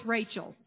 Rachel